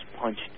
punched